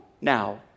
now